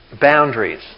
boundaries